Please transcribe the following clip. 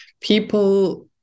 people